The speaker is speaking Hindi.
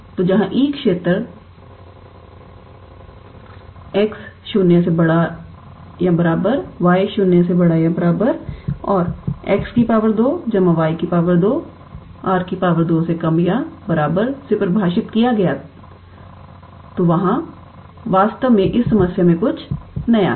तो जहां E क्षेत्र 𝑥 ≥ 0 𝑦 ≥ 0 और 𝑥 2 𝑦 2 ≤ 𝑅 2 से परिभाषित किया गया तो यहाँ वास्तव में इस समस्या में कुछ नया है